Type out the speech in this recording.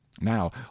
now